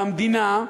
והמדינה,